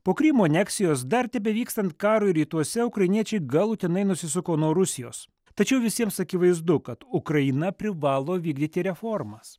po krymo aneksijos dar tebevykstant karui rytuose ukrainiečiai galutinai nusisuko nuo rusijos tačiau visiems akivaizdu kad ukraina privalo vykdyti reformas